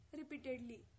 repeatedly